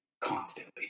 constantly